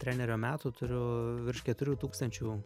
trenerio metų turiu virš keturių tūkstančių